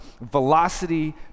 velocity